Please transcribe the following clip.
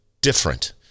different